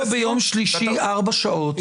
ביום שלישי ארבע שעות,